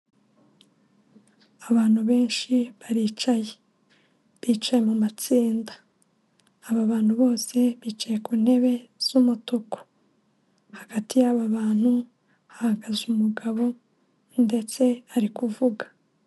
Abantu benshi baricaye, bicaye mu matsinda aba bantu bose bicaye ku ntebe z'umutuku hagati yab'abantu hahagaze umugabo ndetse ari kuvuga.